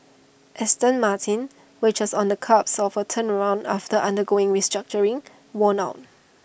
Aston Martin which was on the cusp of A turnaround after undergoing restructuring won out